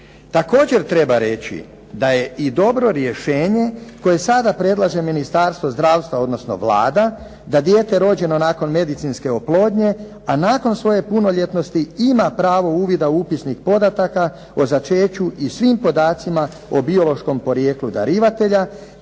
Također treba reći da je i dobro rješenje koje sada predlaže Ministarstvo zdravstva odnosno Vlada da dijete rođeno nakon medicinske oplodnje, a nakon svoje punoljetnosti ima pravo uvida u upisnik podataka o začeću i svim podacima o biološkom porijeklu darivatelja,